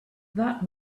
that